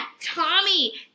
Tommy